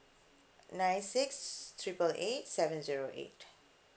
nine six triple eight seven zero eight